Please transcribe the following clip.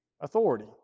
authority